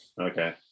Okay